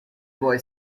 boy